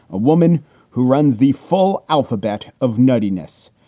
a woman who runs the full alphabet of nuttiness,